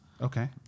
Okay